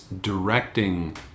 directing